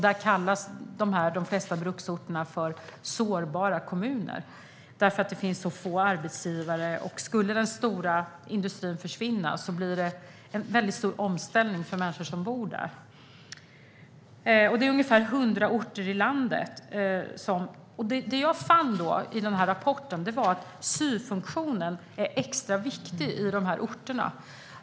Där kallas de flesta bruksorterna för "sårbara kommuner", eftersom det finns så få arbetsgivare. Skulle den stora industrin försvinna blir det en väldigt stor omställning för människor som bor där. Det är ungefär 100 orter i landet. Det jag fann i rapporten var att syofunktionen är extra viktig i dessa orter.